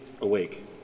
awake